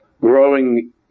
growing